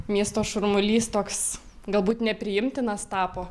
miesto šurmulys toks galbūt nepriimtinas tapo